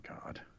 God